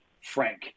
Frank